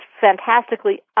fantastically